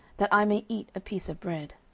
that i may eat a piece of bread.